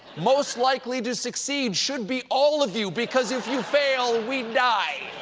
most likely to succeed should be all of you, because if you fail, we die.